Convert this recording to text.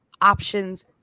options